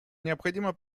необходимо